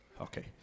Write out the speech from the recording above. Okay